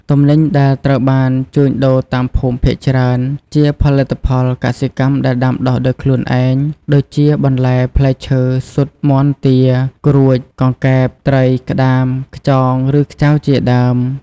ទំនិញដែលត្រូវបានជួញដូរតាមភូមិភាគច្រើនជាផលិតផលកសិកម្មដែលដាំដុះដោយខ្លួនឯង ដូចជា បន្លែ ផ្លែឈើ ស៊ុត មាន់ ទា ក្រួច កង្កែប ត្រី ក្តាម ខ្យងឬ ខ្ចៅជាដើម។